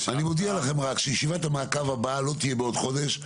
אני מודיע לכם שישיבת המעקב הבאה לא תהיה בעוד חודש,